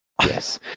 Yes